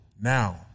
now